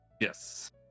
Yes